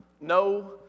no